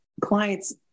clients